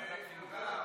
לוועדת החינוך.